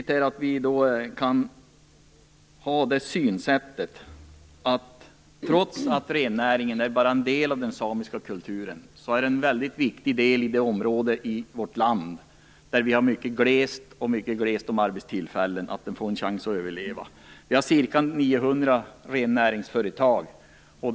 Trots att rennäringen bara är en del av den samiska kulturen är det en mycket viktig del i det område i vårt land där vi har glest om arbetstillfällen. Den måste få en chans att överleva. Vi har ca 900 rennäringsföretag.